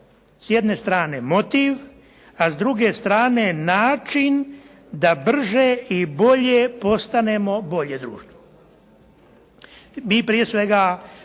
s jedne strane motiv, a s druge strane način da brže i bolje postanemo bolje društvo. Mi prije svega